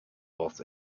los